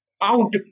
out